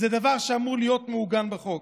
זה דבר שאמור להיות מעוגן בחוק.